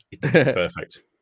Perfect